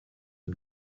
him